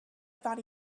thought